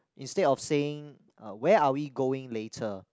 instead of saying uh where are we going later